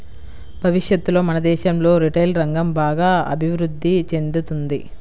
భవిష్యత్తులో మన దేశంలో రిటైల్ రంగం బాగా అభిరుద్ధి చెందుతుంది